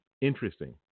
Interesting